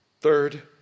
Third